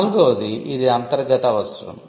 నాల్గవది ఇది అంతర్గత అవసరం